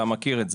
אתה מכיר את זה.